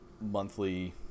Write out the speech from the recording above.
monthly